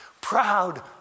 proud